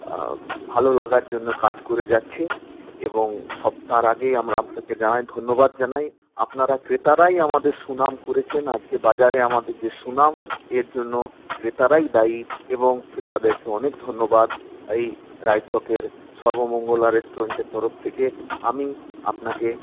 ভালো লাগার জন্য কাজ করে যাচ্ছে এবং সব তার আগেই আমরা আপনাদের জানাই ধন্যবাদ জানাই আপনারা ক্রেতারাই আমাদের সুনাম করেছেন আজকে বাজারে আমাদের যে সুনাম এর জন্য ক্রেতারাই দায়ী এবং ক্রেতাদেরকে অনেক ধন্যবাদ এই রায়চকের সর্বমঙ্গলা রেস্টুরেন্টের তরফ থেকে আমি আপনাকে